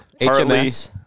HMS